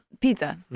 Pizza